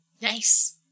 Nice